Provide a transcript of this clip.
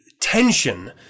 tension